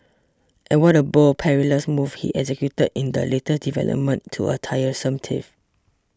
and what a bold perilous move he executed in the latest development to a tiresome tiff